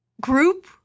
group